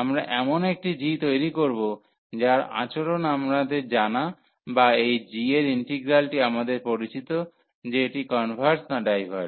আমরা এমন একটি g তৈরি করব যার আচরণ আমাদের জানা বা এই g এর ইন্টিগ্রালটি আমাদের পরিচিত যে এটি কনভার্জ না ডাইভার্জ